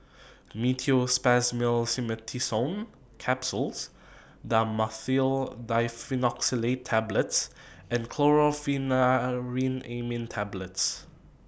Meteospasmyl Simeticone Capsules Dhamotil Diphenoxylate Tablets and Chlorpheniramine Tablets